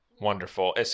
Wonderful